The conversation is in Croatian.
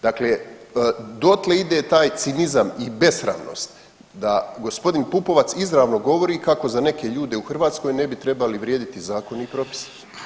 Dakle, dotle ide taj cinizam i besramnost da g. Pupovac izravno govori kako za neke ljude u Hrvatskoj ne bi trebali vrijediti zakoni i propisi.